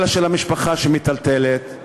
אלא של המשפחה שמיטלטלת.